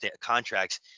contracts